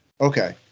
okay